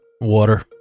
Water